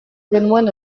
genuen